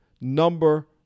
number